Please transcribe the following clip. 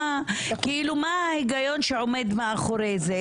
כאילו מה ההיגיון שעומד מאחורי זה?